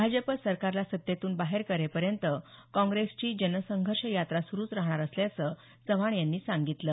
भाजप सरकारला सत्तेतून बाहेर करेपर्यंत काँग्रेसची जनसंघर्ष यात्रा सुरुच राहणार असल्याचं चव्हाण यांनी सांगितलं